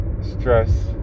stress